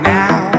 now